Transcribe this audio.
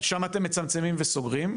שם אתם מצמצמים וסוגרים,